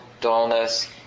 dullness